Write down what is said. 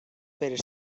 per